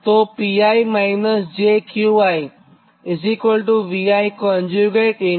તો Pi jQi ViIi